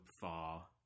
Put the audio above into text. far